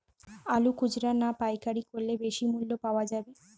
আলু খুচরা না পাইকারি করলে বেশি মূল্য পাওয়া যাবে?